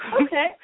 Okay